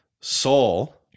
Saul